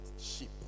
sheep